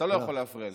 אתה לא יכול להפריע לי.